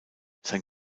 sein